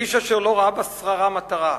איש אשר לא ראה בשררה מטרה,